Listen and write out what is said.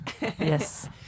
Yes